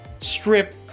strip